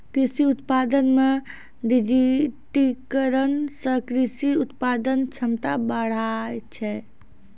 कृषि उत्पादन मे डिजिटिकरण से कृषि उत्पादन क्षमता बढ़ै छै